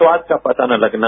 स्वाद का पता न लगना